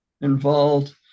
involved